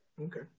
Okay